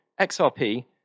XRP